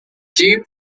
dew